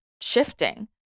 shifting